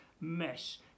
mess